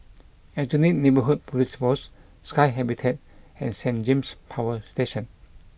Aljunied Neighbourhood Police Post Sky Habitat and Saint James Power Station